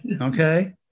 Okay